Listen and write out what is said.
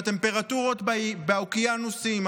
הטמפרטורות באוקיינוסים,